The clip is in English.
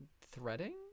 threading